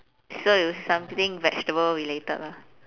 so you something vegetable related lah